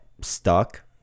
stuck